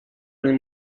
nel